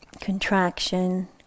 contraction